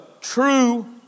true